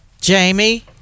jamie